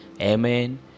amen